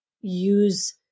use